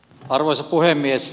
arvoisa puhemies